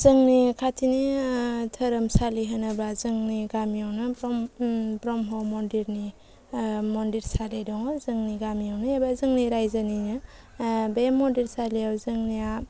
जोंनि खाथिनि धोरोमसालि होनोबा जोंनि गामिआवनो ब्रह्म मन्दिरनि मन्दिरसालि दङ जोंनि गामिआवनो एबा जोंनि रायजोनिनो बे मन्दिरसालिआव जोंनिया